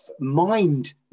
mind